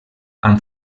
amb